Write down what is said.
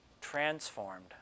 transformed